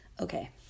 Okay